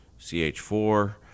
CH4